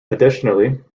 additionally